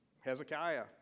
Hezekiah